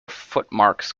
footmarks